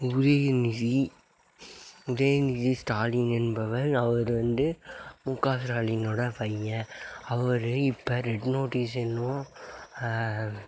உதயநிதி உதயநிதி ஸ்டாலின் என்பவர் அவர் வந்து முக ஸ்டாலின்னோட பையன் அவர் இப்போ ரெட் நோட்டிஸ் என்னும்